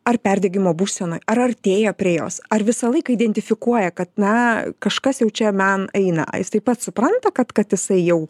ar perdegimo būsenoj ar artėjo prie jos ar visą laiką identifikuoja kad na kažkas jau čia man eina ar jisai pats supranta kad kad jisai jau